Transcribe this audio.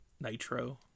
nitro